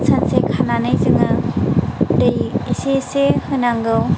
सानसे खानानै जों दै एसे एसे होनांगौ